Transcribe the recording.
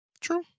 True